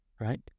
right